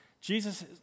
Jesus